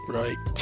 right